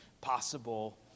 possible